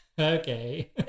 Okay